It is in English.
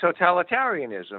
totalitarianism